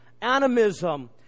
Animism